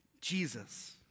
Jesus